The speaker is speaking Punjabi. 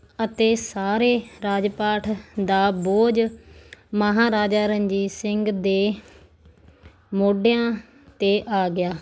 ਅਤੇ ਸਾਰੇ ਰਾਜ ਪਾਠ ਦਾ ਬੋਝ ਮਹਾਰਾਜਾ ਰਣਜੀਤ ਸਿੰਘ ਦੇ ਮੋਢਿਆਂ 'ਤੇ ਆ ਗਿਆ